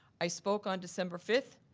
i spoke on december fifth,